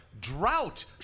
drought